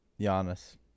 Giannis